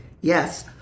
Yes